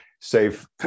safe